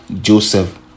joseph